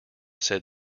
said